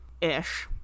ish